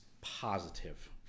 positive